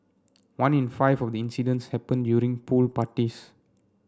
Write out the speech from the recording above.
one in five of the incidents happened during pool parties